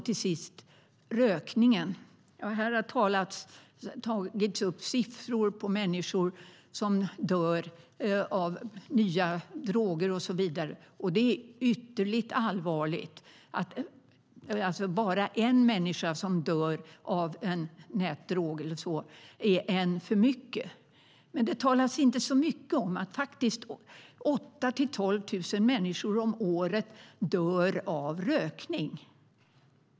Till sist rökningen. Här har tagits upp siffror på hur många människor som dör av nya droger. Det är ytterligt allvarligt. Bara en människa som dör av en nätdrog är en för mycket. Men det talas inte så mycket om att 8 000-12 000 människor om året dör av rökning.